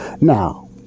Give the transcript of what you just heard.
Now